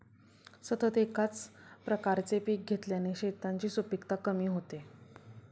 सतत एकाच प्रकारचे पीक घेतल्याने शेतांची सुपीकता कमी होते